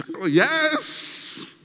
Yes